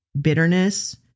bitterness